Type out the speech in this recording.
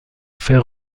faits